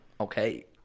okay